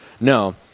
No